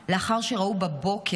לאחר שראו בבוקר,